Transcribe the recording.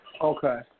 Okay